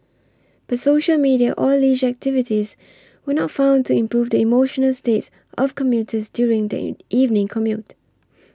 but social media or leisure activities were not found to improve the emotional states of commuters during the evening commute